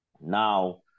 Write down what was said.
Now